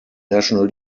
national